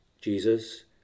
Jesus